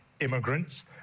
immigrants